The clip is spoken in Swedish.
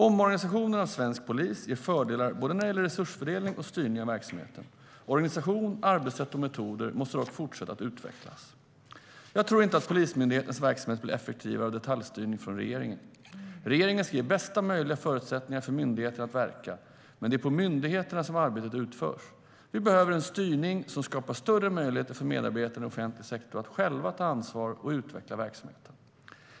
Omorganisationen av svensk polis ger fördelar både när det gäller resursfördelningen och styrningen av verksamheten. Organisation, arbetssätt och metoder måste dock fortsätta att utvecklas. Jag tror inte att Polismyndighetens verksamhet blir effektivare av detaljstyrning från regeringen. Regeringen ska ge bästa möjliga förutsättningar för myndigheterna att verka, men det är på myndigheterna som arbetet utförs. Vi behöver en styrning som skapar större möjligheter för medarbetarna i offentlig sektor att själva ta ansvar för och utveckla verksamheten.